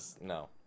No